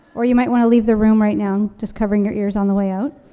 or you might wanna leave the room right now, just covering your ears on the way out.